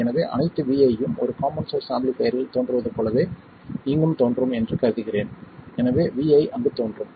எனவே அனைத்து vi யும் ஒரு காமன் சோர்ஸ் ஆம்பிளிஃபைர் இல் தோன்றுவது போலவே இங்கும் தோன்றும் என்று கருதுகிறேன் எனவே vi அங்கு தோன்றும்